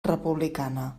republicana